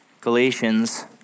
Galatians